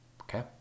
Okay